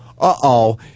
uh-oh